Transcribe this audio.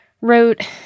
wrote